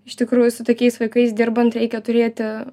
iš tikrųjų su tokiais vaikais dirbant reikia turėti